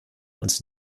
uns